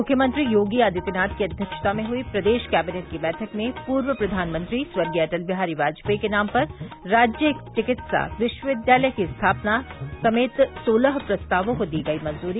मुख्यमंत्री योगी आदित्यनाथ की अध्यक्षता में हुई प्रदेश कैबिनेट की बैठक में पूर्व प्रधानमंत्री स्वर्गीय अटल बिहारी वाजपेई के नाम पर राज्य चिकित्सा विश्वविद्यालय की स्थापना समेत सोलह प्रस्तावों को दी गई मंजूरी